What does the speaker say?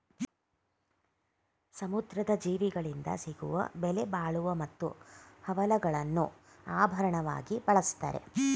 ಸಮುದ್ರದ ಜೀವಿಗಳಿಂದ ಸಿಗುವ ಬೆಲೆಬಾಳುವ ಮುತ್ತು, ಹವಳಗಳನ್ನು ಆಭರಣವಾಗಿ ಬಳ್ಸತ್ತರೆ